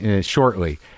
shortly